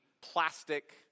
plastic